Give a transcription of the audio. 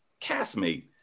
castmate